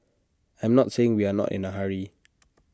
I'm not saying we are not in A hurry